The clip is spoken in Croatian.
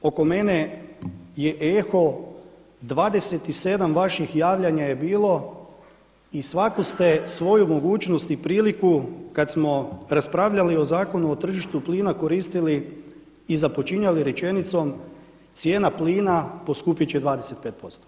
Još mi oko mene je eho 27 vaših javljanja je bilo i svaku ste svoju mogućnost i priliku kada smo raspravljali o Zakonu o tržištu plina koristili i započinjali rečenicom cijena plina poskupit će 25%